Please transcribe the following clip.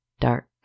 dark